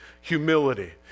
humility